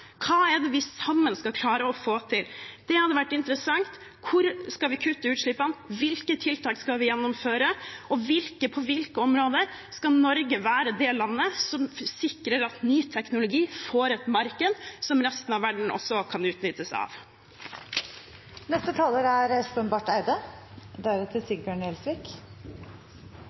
hva det er vi sammen skal klare å få til. Det hadde vært interessant. Hvor skal vi kutte utslippene? Hvilke tiltak skal vi gjennomføre? På hvilke områder skal Norge være det landet som sikrer at ny teknologi, som resten av verden også kan